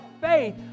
faith